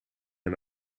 een